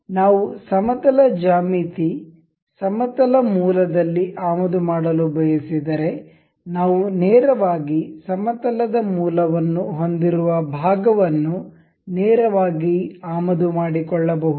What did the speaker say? ನಾವು ಸಮತಲ ಜ್ಯಾಮಿತಿ ಸಮತಲ ಮೂಲದಲ್ಲಿ ಆಮದು ಮಾಡಲು ಬಯಸಿದರೆ ನಾವು ನೇರವಾಗಿ ಸಮತಲದ ಮೂಲವನ್ನು ಹೊಂದಿರುವ ಭಾಗವನ್ನು ನೇರವಾಗಿ ಆಮದು ಮಾಡಿಕೊಳ್ಳಬಹುದು